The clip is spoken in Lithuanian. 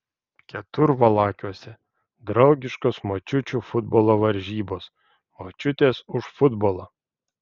keturvalakiuose draugiškos močiučių futbolo varžybos močiutės už futbolą